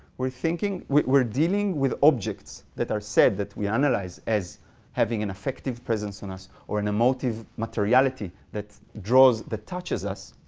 we're thinking, we're dealing with objects that are said that we analyze as having an affective presence on us, or an emotive materiality that draws, that touches us,